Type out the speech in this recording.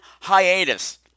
hiatus